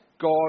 God